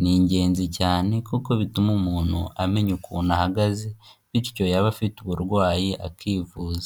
ni ingenzi cyane kuko bituma umuntu amenya ukuntu ahagaze, bityo yaba afite uburwayi akivuza.